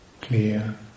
clear